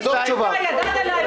זו התשובה.